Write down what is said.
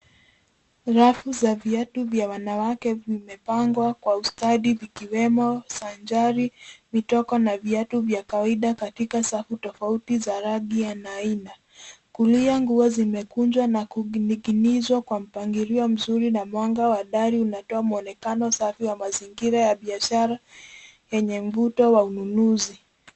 Rafu za viatu vya wanawake vimepangwa kwa ustadi vikiwemo sandali, vitoko na viatu vya kawaida katika safu tofauti za rangi na aina. Kulia nguo zimekunjwa na kuning'inizwa kwa mpangilio mzuri na mwanga wa dari unatoa mwonekano safi wa mazingira ya biashara yenye mvuto wa ununuzi.